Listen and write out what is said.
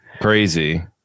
crazy